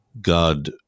God